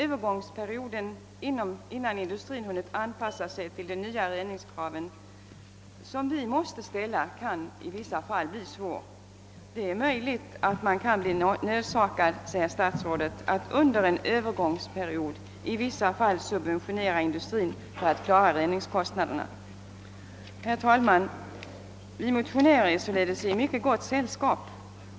Övergångsperioden innan = industrin hunnit anpassa sig till de nya reningskrav som vi måste ställa kan i vissa fall bli svår. Det är möjligt, säger statsrådet, att man kan bli nödsakad att under en övergångsperiod i vissa fall subventionera industrin för att klara reningskostnaderna. Herr talman! Vi motionärer är således i mycket gott sällskap.